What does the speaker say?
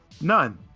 none